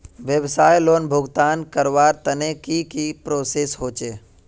व्यवसाय लोन भुगतान करवार तने की की प्रोसेस होचे?